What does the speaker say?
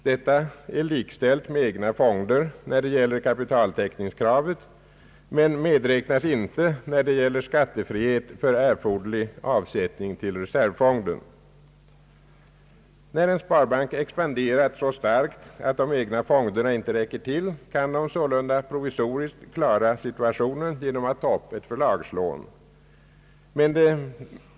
Detta är likställt med egna fonder när det gäller kapitaltäckningskravet men medräknas inte när det gäller skattefrihet för erforderlig avsättning till reseryfonden. När en sparbank expanderat så starkt att de egna fonderna inte räcker till, kan den sålunda provisoriskt klara situationen genom att ta upp ett förlagslån.